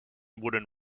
wooden